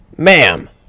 Ma'am